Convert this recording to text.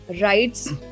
rights